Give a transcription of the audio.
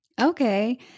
Okay